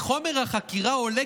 מחומר החקירה עולה,